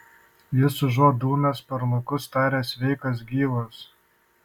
jis užuot dūmęs per laukus taria sveikas gyvas